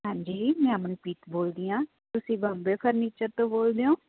ਹਾਂਜੀ ਮੈਂ ਅਮਨਪ੍ਰੀਤ ਬੋਲਦੀ ਹਾਂ ਤੁਸੀਂ ਬੰਬੇ ਫਰਨੀਚਰ ਤੋਂ ਬੋਲਦੇ ਓਂ